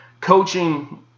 Coaching